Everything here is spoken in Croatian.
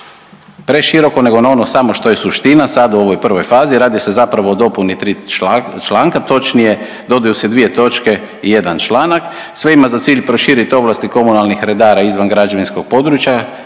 preširoko nego na ono samo što je suština sada u prvoj fazi. Radi se zapravo o dopuni tri članka. Točnije dodaju se dvije točke i jedan članak. Sve ima za cilj proširiti ovlasti komunalnih redara izvan građevinskog područja